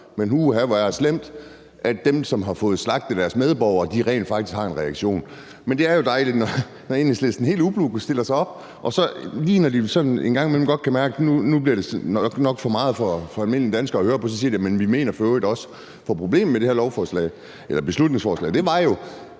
men uha, hvor er det slemt, at dem, som har fået slagtet deres medborgere, rent faktisk har en reaktion. Det er jo dejligt, når Enhedslisten helt ublu stiller sig op, og så, lige når de sådan en gang imellem godt kan mærke, at nu bliver det nok for meget for almindelige danskere at høre på, siger de: Men vi mener for øvrigt også det her. For problemet med det her beslutningsforslag